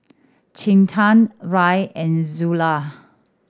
Quinten Rae and Zula